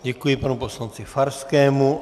Děkuji panu poslanci Farskému.